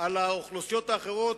על האוכלוסיות האחרות,